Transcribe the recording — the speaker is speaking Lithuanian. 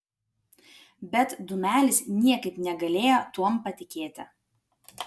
bet dūmelis niekaip negalėjo tuom patikėti